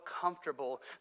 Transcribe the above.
comfortable